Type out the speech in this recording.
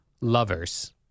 lovers